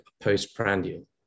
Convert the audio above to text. postprandial